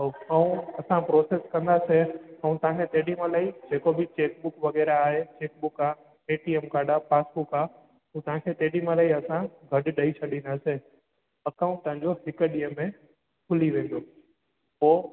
अउ ऐं असां प्रोसेस कंदासीं ऐं तव्हांखे जेॾीमहिल ई जेको बि चेक बुक वग़ैराह आहे चेक बुक आहे ए टी एम काड आहे पासबुक आहे हूअ तव्हांखे तेॾीमल्ह ई असां गॾु ॾेइ छॾींदासीं अकाउंट तव्हांजो हिकु ॾींहुं में खुली वेंदो पोइ